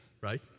right